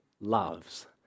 loves